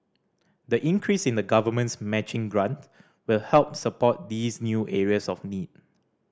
the increase in the Government's matching grant will help support these new areas of need